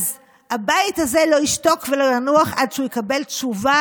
אז הבית הזה לא ישתוק ולא ינוח עד שהוא יקבל תשובה